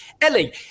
Ellie